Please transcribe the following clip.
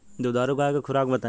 दुधारू गाय के खुराक बताई?